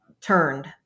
turned